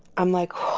i'm like,